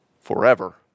Forever